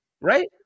right